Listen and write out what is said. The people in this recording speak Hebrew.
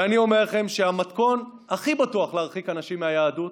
ואני אומר לכם שהמתכון הכי בטוח להרחיק אנשים מהיהדות,